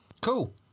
Cool